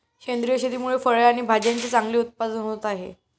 सेंद्रिय शेतीमुळे फळे आणि भाज्यांचे चांगले उत्पादन होत आहे